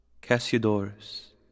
Cassiodorus